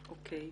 אוקיי.